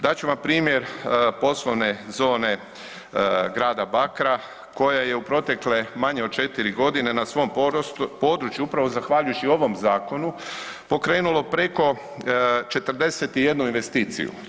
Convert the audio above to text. Dat ću vam primjer poslovne zone grada Bakra koja je u protekle manje od 4 g. na svom području upravo zahvaljujući ovom zakonu, pokrenulo preko 41 investiciju.